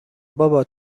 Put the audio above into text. بابا